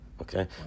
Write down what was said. Okay